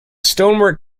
stonework